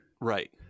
Right